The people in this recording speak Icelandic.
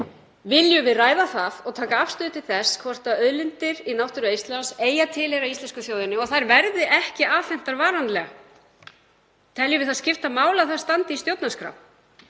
Viljum við ræða það og taka afstöðu til þess hvort auðlindir í náttúru Íslands eigi að tilheyra íslensku þjóðinni og þær verði ekki afhentar varanlega? Teljum við það skipta máli að það standi í stjórnarskrá